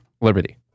Liberty